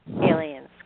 aliens